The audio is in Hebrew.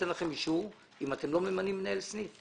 לא נותן לכם אישור אם אתם לא ממנים מנהל סניף.